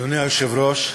היושב-ראש,